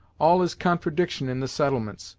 all is contradiction in the settlements,